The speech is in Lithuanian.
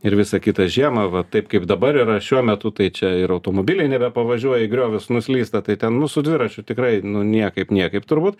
ir visa kita žiemą va taip kaip dabar yra šiuo metu tai čia ir automobiliai nebepavažiuoja į griovius nuslysta tai ten nu su dviračiu tikrai nu niekaip niekaip turbūt